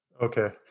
Okay